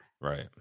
Right